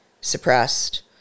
suppressed